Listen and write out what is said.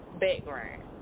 background